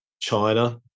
China